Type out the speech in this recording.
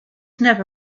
never